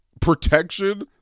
Protection